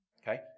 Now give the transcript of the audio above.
okay